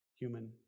human